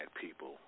people